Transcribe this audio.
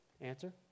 Answer